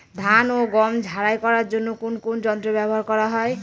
ধান ও গম ঝারাই করার জন্য কোন কোন যন্ত্র ব্যাবহার করা হয়?